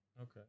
Okay